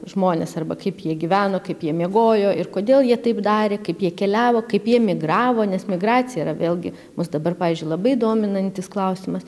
žmonės arba kaip jie gyveno kaip jie miegojo ir kodėl jie taip darė kaip jie keliavo kaip jie migravo nes migracija yra vėlgi mus dabar pavyzdžiui labai dominantis klausimas